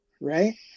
right